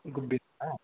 ಗುಬ್ಬಿದಾ